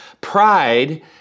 pride